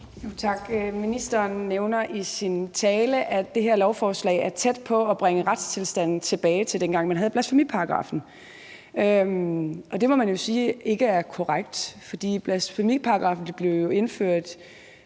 Tak. Ministeren nævner i sin tale, at det her lovforslag er tæt på at bringe retstilstanden tilbage til dengang, hvor man havde blasfemiparagraffen. Det må man sige ikke er korrekt, for blasfemiparagraffen blev jo indført